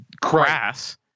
crass